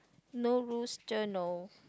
no rooster no